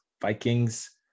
Vikings